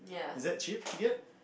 is that cheap to get